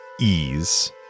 ease